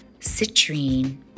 citrine